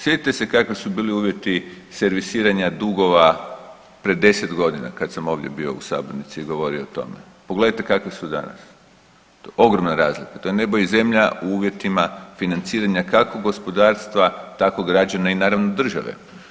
Sjetite se kakvi su bili uvjeti servisiranja dugova pred 10.g. kad sam ovdje bio u sabornici i govorio o tome, pogledajte kakvi su danas, ogromna razlika, to je nebo i zemlja u uvjetima financiranja kako gospodarstva tako građana i naravno države.